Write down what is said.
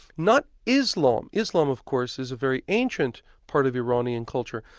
not islam. islam of course is a very ancient part of iranian culture,